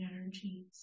energies